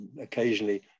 Occasionally